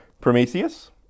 prometheus